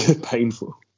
painful